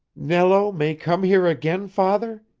nello may come here again, father?